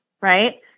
right